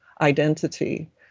identity